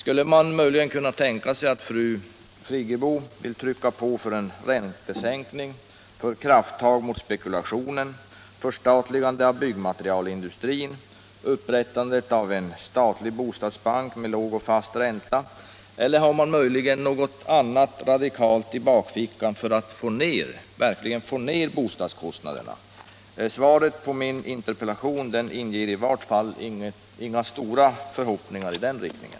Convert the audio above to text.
Kan man möjligen tänka sig att fru Friggebo vill trycka på för en räntesänkning, för krafttag mot spekulationen, för förstatligande av byggmaterialindustrin och för upprättandet av en statlig bostadsbank med låg och fast ränta? Eller har man något annat radikalt i bakfickan för att få ner bostadskostnaderna? Svaret på min interpellation inger i vart fall inga förhoppningar i den riktningen.